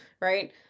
right